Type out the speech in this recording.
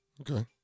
Okay